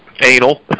Anal